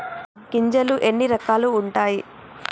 గింజలు ఎన్ని రకాలు ఉంటాయి?